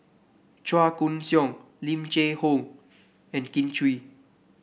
Chua Koon Siong Lim Cheng Hoe and Kin Chui